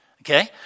Okay